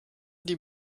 die